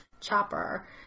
Chopper